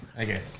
Okay